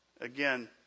Again